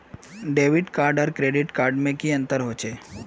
Debit card आर credit card में की अंतर होचे?